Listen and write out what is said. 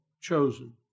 chosen